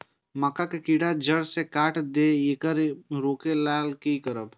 मक्का के कीरा जड़ से काट देय ईय येकर रोके लेल की करब?